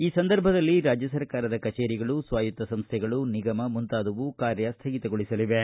ಈ ಸಂದರ್ಭದಲ್ಲಿ ರಾಜ್ಯ ಸರ್ಕಾರದ ಕಚೇರಿಗಳು ಸ್ವಾಯತ್ತ ಸಂಸ್ಥೆಗಳು ನಿಗಮ ಮುಂತಾದವು ಕಾರ್ಯ ಸ್ಟಗಿತಗೊಳಿಸಲಿವೆ